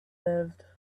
lived